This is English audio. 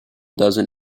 dozen